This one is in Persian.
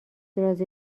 رازی